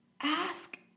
ask